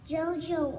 Jojo